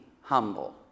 humble